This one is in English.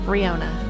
Riona